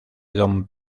don